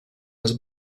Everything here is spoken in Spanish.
las